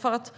För att